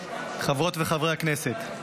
חברות וחברי הכנסת,